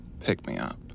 pick-me-up